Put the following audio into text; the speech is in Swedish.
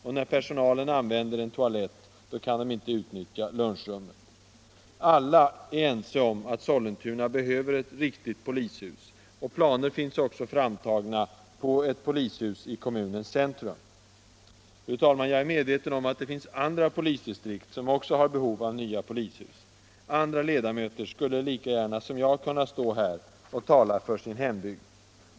Och när personalen använder en toalett, kan lunchrummet inte utnyttjas. Alla är ense om att Sollentuna behöver ett riktigt polishus. Planer finns också framtagna på ett polishus i kommunens centrum. Fru talman! Jag är medveten om att det finns andra polisdistrikt som också har behov av nya polishus. Andra ledamöter skulle lika gärna som jag kunna stå här och tala för sin hembygd.